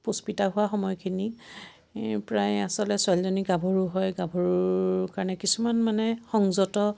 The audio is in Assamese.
পুষ্পিতা হোৱা সময়খিনি প্ৰায় আচলতে ছোৱালীজনী গাভৰু হয় গাভৰু কাৰণে কিছুমান মানে সংযত